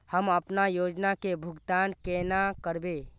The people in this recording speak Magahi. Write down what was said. हम अपना योजना के भुगतान केना करबे?